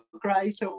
great